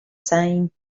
same